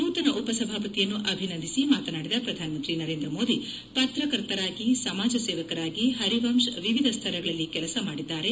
ನೂತನ ಉಪಸಭಾಪತಿಯನ್ನು ಅಭಿನಂದಿಸಿ ಮಾತನಾಡಿದ ಪ್ರಧಾನಮಂತ್ರಿ ನರೇಂದ್ರ ಮೋದಿ ಪತ್ರಕರ್ತರಾಗಿ ಸಮಾಜ ಸೇವಕರಾಗಿ ಅರಿವಂಶ್ ವಿವಿಧ ಸ್ತರಗಳಲ್ಲಿ ಕೆಲಸ ಮಾಡಿದ್ದಾರೆ